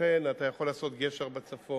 לכן, אתה יכול לעשות גשר בצפון,